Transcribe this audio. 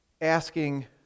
asking